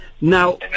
Now